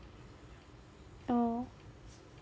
oh